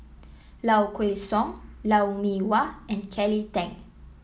Low Kway Song Lou Mee Wah and Kelly Tang